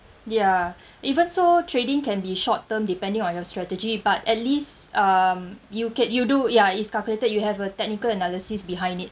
ya even so trading can be short term depending on your strategy but at least um you can you do ya it's calculated you have a technical analysis behind it